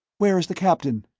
where is the captain?